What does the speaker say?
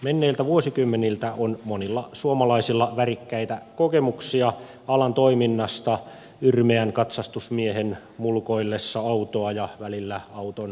menneiltä vuosikymmeniltä on monilla suomalaisilla värikkäitä kokemuksia alan toiminnasta yrmeän katsastusmiehen mulkoillessa autoa ja välillä auton tuojaakin